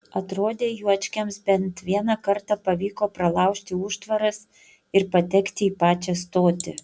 atrodė juočkiams bent vieną kartą pavyko pralaužti užtvaras ir patekti į pačią stotį